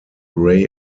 grey